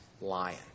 lion